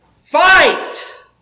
Fight